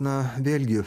na vėlgi